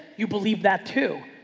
you believe that too.